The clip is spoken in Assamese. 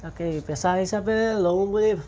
তাকেই পেছা হিচাপে লওঁ বুলি